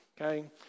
okay